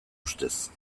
ustez